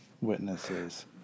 witnesses